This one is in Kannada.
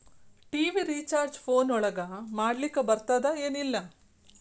ಟಿ.ವಿ ರಿಚಾರ್ಜ್ ಫೋನ್ ಒಳಗ ಮಾಡ್ಲಿಕ್ ಬರ್ತಾದ ಏನ್ ಇಲ್ಲ?